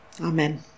Amen